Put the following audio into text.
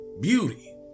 beauty